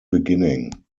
beginning